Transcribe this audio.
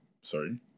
Sorry